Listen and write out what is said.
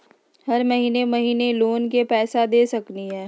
हम महिने महिने लोन के पैसा दे सकली ह?